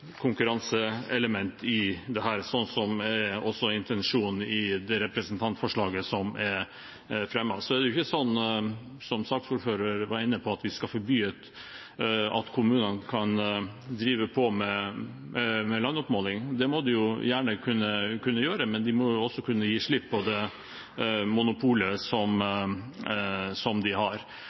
konkurranseelement i det, som også er intensjonen i det representantforslaget som er fremmet. Så er det ikke sånn, som saksordføreren var inne på, at vi skal forby kommunene å drive med landoppmåling. Det må de gjerne gjøre, men de må også kunne gi slipp på det monopolet de har.